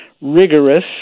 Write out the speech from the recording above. rigorous